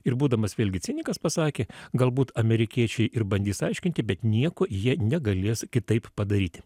ir būdamas vėlgi cinikas pasakė galbūt amerikiečiai ir bandys aiškinti bet nieko jie negalės kitaip padaryti